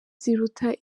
ziruta